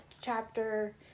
chapter